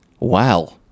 wow